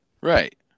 right